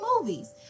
movies